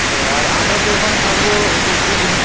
ও আর আমরা তো ওখানে থাকবো দুদিন